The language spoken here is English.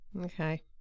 Okay